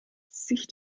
sich